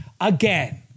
again